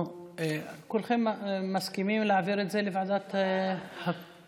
כולכם מסכימים להעביר את זה לוועדת הפנים?